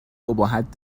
ابهت